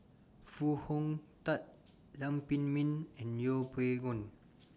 Foo Hong Tatt Lam Pin Min and Yeng Pway Ngon